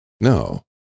No